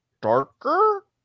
darker